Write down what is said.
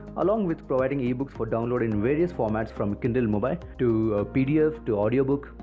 along with providing ebooks for download in various formats from kindle mobi, to pdf to audiobook.